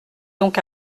donc